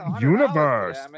Universe